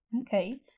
Okay